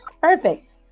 perfect